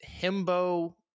Himbo